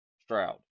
Stroud